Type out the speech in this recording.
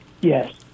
yes